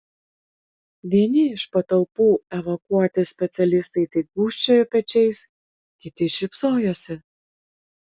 vieni iš patalpų evakuoti specialistai tik gūžčiojo pečiais kiti šypsojosi